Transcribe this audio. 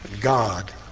God